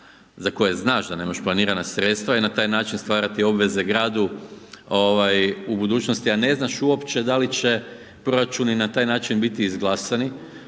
za koje znaš da nemaš planirana sredstva i na taj način stvarati obveze gradu ovaj u budućnosti, a ne znaš uopće da li će proračuni na taj način biti izglasani,